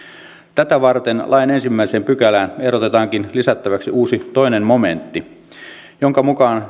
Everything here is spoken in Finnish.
tätä varten lain ensimmäiseen pykälään ehdotetaankin lisättäväksi uusi toinen momentti jonka mukaan